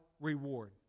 reward